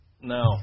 No